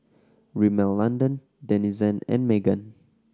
Rimmel London Denizen and Megan